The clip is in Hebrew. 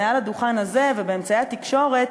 מעל הדוכן הזה ובאמצעי התקשורת,